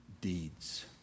deeds